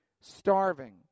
starving